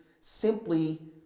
simply